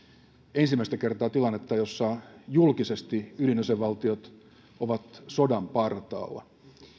ensimmäistä kertaa lähellä tilannetta jossa julkisesti ydinasevaltiot ovat sodan partaalla